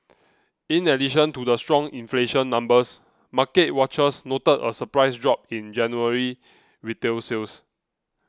in addition to the strong inflation numbers market watchers noted a surprise drop in January retail sales